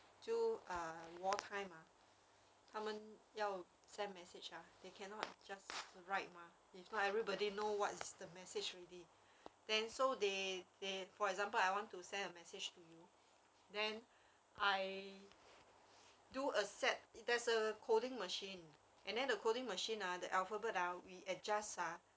就 ah war time ah 他们要 send message ah they cannot just the write mah if not everybody know what's the message already then so they they for example I want to send a message to you then I do accept there's a coding machine and then the coding machine ah the alphabet ah we adjust ah